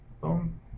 Boom